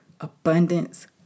abundance